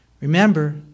Remember